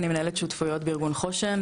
אני מנהלת שותפויות בארגון חוש"ן,